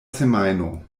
semajno